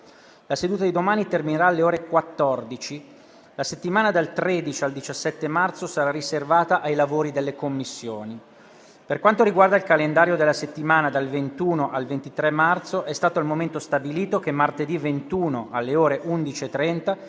La seduta di domani terminerà alle ore 14. La settimana dal 13 al 17 marzo sarà riservata ai lavori delle Commissioni. Per quanto riguarda il calendario della settimana dal 21 al 23 marzo, è stato al momento stabilito che martedì 21 alle ore 11,30